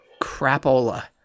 crapola